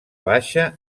baixa